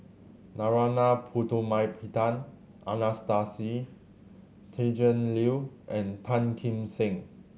Narana Putumaippittan Anastasia Tjendri Liew and Tan Kim Seng